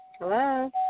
Hello